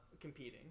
Competing